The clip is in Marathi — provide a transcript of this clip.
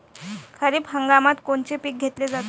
खरिप हंगामात कोनचे पिकं घेतले जाते?